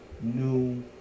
new